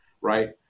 right